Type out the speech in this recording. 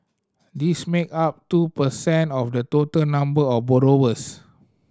this make up two per cent of the total number of borrowers